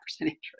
interest